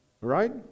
right